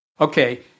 Okay